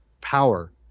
power